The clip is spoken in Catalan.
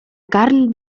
carn